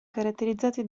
caratterizzati